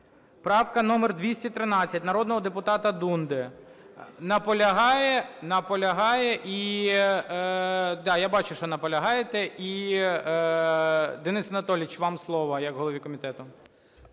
Правка номер 213, народного депутата Дунди. Наполягає. І... да, я бачу, що наполягаєте. І, Денис Анатолійович, вам слово як голові комітету.